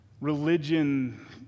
Religion